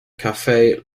cafe